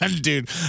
Dude